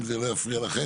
אם זה לא יפריע לכם,